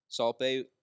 Salpe